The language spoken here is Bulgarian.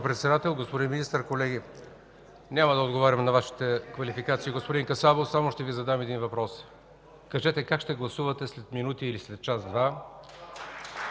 Председател, господин Министър, колеги! Няма да отговарям на Вашите квалификации, господин Касабов. Само ще Ви задам един въпрос: кажете как ще гласувате след минути или след час-два?!